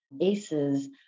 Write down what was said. ACEs